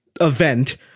event